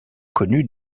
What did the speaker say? connue